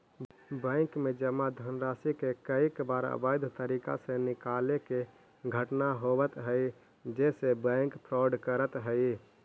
bank में जमा धनराशि के कईक बार अवैध तरीका से निकाले के घटना होवऽ हइ जेसे बैंक फ्रॉड करऽ हइ